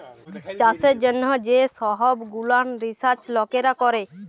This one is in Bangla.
চাষের জ্যনহ যে সহব গুলান রিসাচ লকেরা ক্যরে